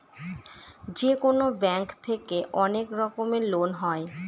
যেকোনো ব্যাঙ্ক থেকে অনেক রকমের লোন হয়